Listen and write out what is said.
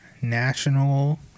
National